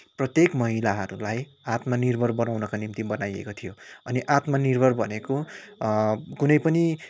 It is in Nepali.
प्रत्येक महिलाहरूलाई आत्मनिर्भर बनाउनका निम्ति बनाइएको थियो अनि आत्मनिर्भर भनेको कुनैपनि